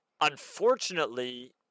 unfortunately